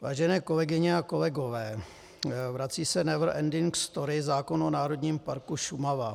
Vážené kolegyně a kolegové, vrací se never ending story, zákon o Národním parku Šumava.